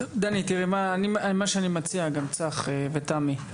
מה שאני מציע, צח ותמי,